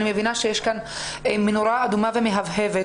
אני מבינה שיש כאן מנורה אדומה ומהבהבת.